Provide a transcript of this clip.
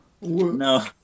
No